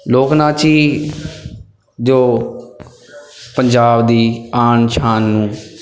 ਲੋਕ ਨਾਚ ਹੀ ਜੋ ਪੰਜਾਬ ਦੀ ਆਨ ਸ਼ਾਨ ਨੂੰ